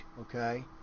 okay